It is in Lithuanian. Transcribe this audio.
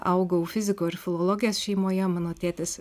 augau fiziko ir filologės šeimoje mano tėtis